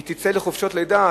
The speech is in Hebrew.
היא תצא לחופשת לידה,